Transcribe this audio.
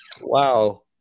Wow